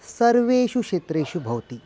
सर्वेषु क्षेत्रेषु भवति